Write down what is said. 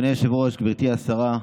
אדוני היושב-ראש, גברתי השרה,